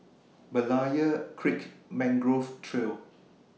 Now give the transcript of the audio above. Berlayer Creek Mangrove Trail